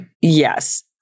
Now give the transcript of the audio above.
Yes